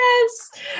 yes